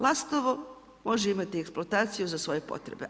Lastovo može imati eksploataciju za svoje potrebe.